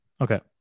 okay